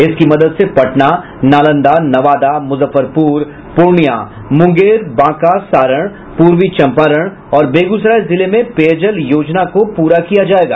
इसकी मदद से पटना नालंदा नवादा मुजफ्फरपुर पूर्णियां मुंगेर बांका सारण पूर्वी चम्पारण और बेगूसराय जिले में पेयजल योजना को पूरा किया जायेगा